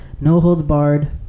no-holds-barred